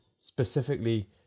specifically